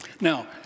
Now